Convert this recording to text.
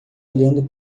olhando